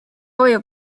oil